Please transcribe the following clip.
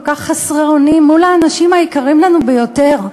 כך חסרי אונים מול האנשים היקרים לנו ביותר,